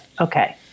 okay